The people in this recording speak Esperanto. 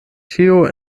ĉio